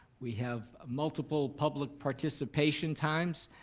we have multiple public participation times,